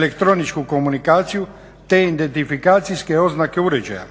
elektroničku komunikaciju te identifikacijske oznake uređaja.